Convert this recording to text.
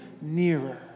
nearer